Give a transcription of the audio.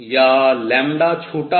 या छोटा है